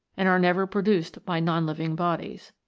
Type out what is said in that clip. and are never produced by non-living bodies.